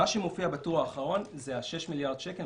מה שמופיע בטור האחרון זה 6 מיליארד שקלים,